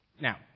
Now